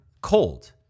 cold